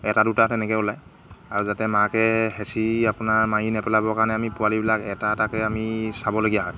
এটা দুটা তেনেকৈ ওলায় আৰু যাতে মাকে হেঁচি আপোনাৰ মাৰি নেপেলাবৰ কাৰণে আমি পোৱালিবিলাক এটা এটাকৈ আমি চাবলগীয়া হয়